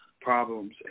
problems